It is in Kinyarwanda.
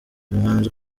umuhanzi